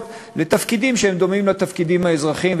לתפקידים שהם דומים לתפקידים האזרחיים,